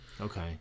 Okay